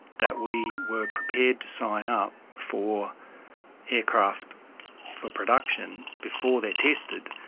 that we were prepared to sign up for aircraft for production before they're tested,